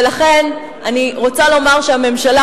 ולכן אני רוצה לומר שהממשלה,